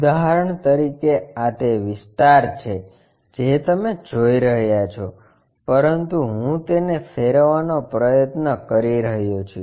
ઉદાહરણ તરીકે આ તે વિસ્તાર છે જે તમે જોઈ રહ્યાં છો પરંતુ હું તેને ફેરવવાનો પ્રયત્ન કરી રહ્યો છું